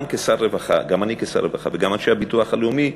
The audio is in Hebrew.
גם אני כשר רווחה וגם אנשי הביטוח הלאומי,